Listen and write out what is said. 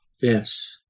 Yes